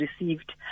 received